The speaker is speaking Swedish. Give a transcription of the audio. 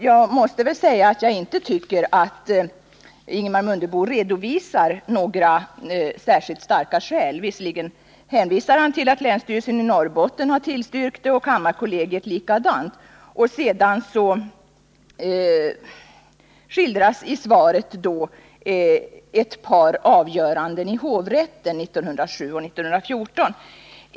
Jag tycker inte att Ingemar Mundebo redovisar några särskilt starka skäl. Han hänvisar till att både länsstyrelsen i Norrbotten och kammarkollegiet har tillstyrkt försäljningen och pekar dessutom på ett par avgöranden i högsta domstolen, åren 1907 och 1914.